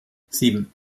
sieben